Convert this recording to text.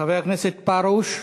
חבר הכנסת מאיר פרוש.